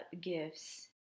gifts